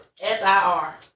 S-I-R